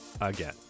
again